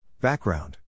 Background